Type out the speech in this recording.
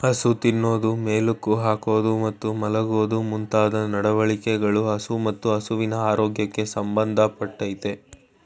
ಹಸು ತಿನ್ನೋದು ಮೆಲುಕು ಹಾಕೋದು ಮತ್ತು ಮಲ್ಗೋದು ಮುಂತಾದ ನಡವಳಿಕೆಗಳು ಹಸು ಮತ್ತು ಹಸುವಿನ ಆರೋಗ್ಯಕ್ಕೆ ಸಂಬಂಧ ಪಟ್ಟಯ್ತೆ